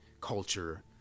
culture